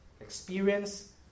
experience